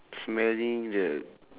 smelling the